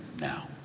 now